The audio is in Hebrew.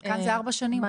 אבל כאן זה ארבע שנים.